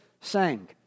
sang